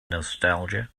nostalgia